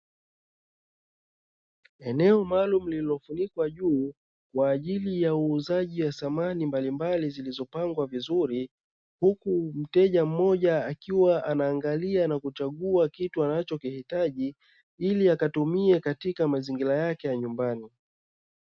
Eneo maalumu lililofunikwa juu kwa ajili ya uuzaji wa samani mbalimbali zilizopangwa vizuri, huku mteja mmoja akiwa anangalia na kuchagua kitu anachokihitaji ili akatumie katika mazingira yake ya nyumbani.